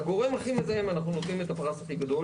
לגורם הכי מזהם אנחנו נותנים את הפרס הכי גדול,